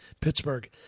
Pittsburgh